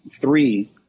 three